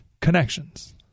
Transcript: connections